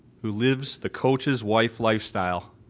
who lives the coaches wife lifestyle